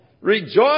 Rejoice